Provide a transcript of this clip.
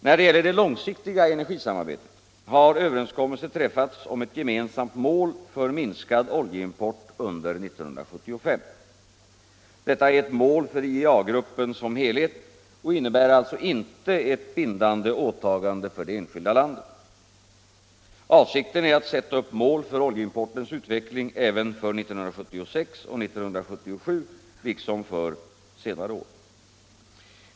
När det gäller det långsiktiga energisamarbetet har överenskommelse träffats om ett gemensamt mål för minskad oljeimport under 1975. Detta är ett mål för IEA gruppen som helhet och innebär alltså inte ett bindande åtagande för det enskilda landet. Avsikten är att sätta upp mål för oljeimportens utveckling även för 1976 och 1977 liksom för senare år.